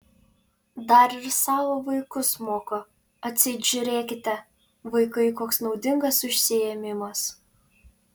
dar ir savo vaikus moko atseit žiūrėkite vaikai koks naudingas užsiėmimas